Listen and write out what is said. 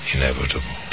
Inevitable